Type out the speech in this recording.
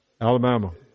Alabama